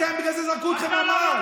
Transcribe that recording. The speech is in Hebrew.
אתם, בגלל זה זרקו אתכם מהמאהל.